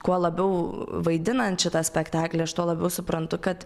kuo labiau vaidinant šitą spektaklį aš tuo labiau suprantu kad